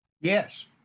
Yes